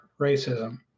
racism